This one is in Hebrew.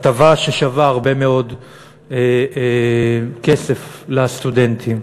הטבה ששווה הרבה מאוד כסף לסטודנטים.